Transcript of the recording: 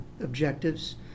objectives